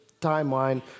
timeline